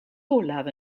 olaf